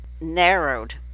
narrowed